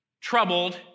troubled